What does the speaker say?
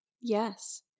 Yes